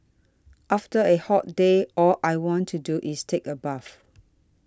after a hot day all I want to do is take a bath